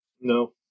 No